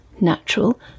natural